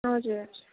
हजुर